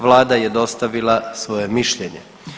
Vlada je dostavila svoje mišljenje.